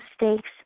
mistakes